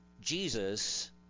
Jesus